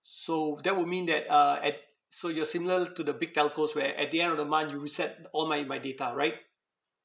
so that will mean that uh at so you're similar to the big telcos where at the end of the month you reset all my my data right